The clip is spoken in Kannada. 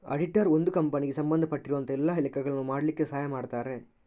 ಅಡಿಟರ್ ಒಂದು ಕಂಪನಿಗೆ ಸಂಬಂಧ ಪಟ್ಟಿರುವಂತಹ ಎಲ್ಲ ಲೆಕ್ಕಗಳನ್ನ ಮಾಡ್ಲಿಕ್ಕೆ ಸಹಾಯ ಮಾಡ್ತಾರೆ